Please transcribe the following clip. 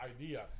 idea